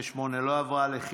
68 לא עברה.